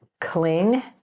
cling